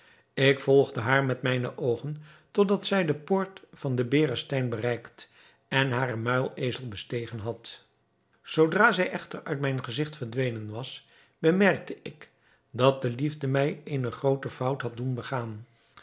ik volgde haar met mijne oogen tot dat zij de poort van den berestein bereikt en haren muilezel bestegen had zoodra zij echter uit mijn gezigt verdwenen was bemerkte ik dat de liefde mij eene groote fout had doen begaan